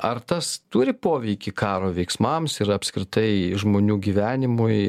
ar tas turi poveikį karo veiksmams ir apskritai žmonių gyvenimui